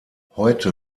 heute